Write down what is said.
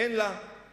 אין לה תחליף.